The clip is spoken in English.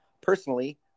Personally